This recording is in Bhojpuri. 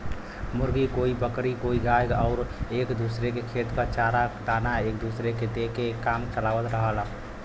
मुर्गी, कोई बकरी कोई गाय आउर एक दूसर के खेत क चारा दाना एक दूसर के दे के काम चलावत रहल